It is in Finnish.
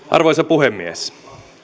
arvoisa puhemies